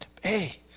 hey